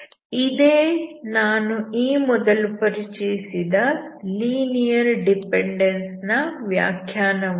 ಇದೇ ನಾನು ಈ ಮೊದಲು ಪರಿಚಯಿಸಿದ ಲೀನಿಯರ್ ಡಿಪೆಂಡೆನ್ಸ್ ನ ವ್ಯಾಖ್ಯಾನವಾಗಿದೆ